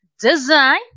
Design